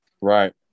Right